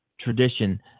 tradition